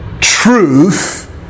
truth